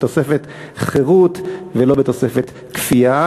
בתוספת חירות ולא בתוספת כפייה.